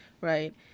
right